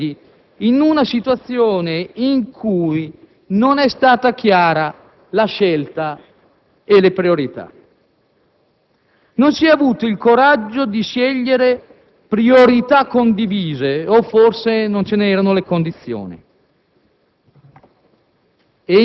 scegliessero gli arredi in una situazione in cui non è stata chiara la scelta delle priorità. Non si è avuto il coraggio di scegliere priorità condivise, o forse non ce ne erano le condizioni